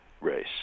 race